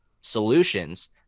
solutions